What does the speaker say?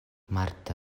marta